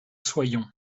soyons